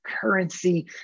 currency